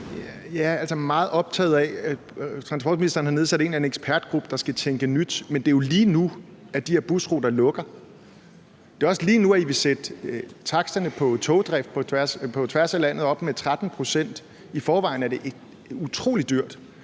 man er meget optaget af det. Transportministeren har nedsat en eller anden ekspertgruppe, der skal tænke nyt, men det er jo lige nu, at de her busruter lukker. Det er også lige nu, at I vil sætte taksterne på togdrift på tværs af landet op med 13 pct. I forvejen er det utrolig dyrt.